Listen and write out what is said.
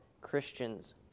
Christians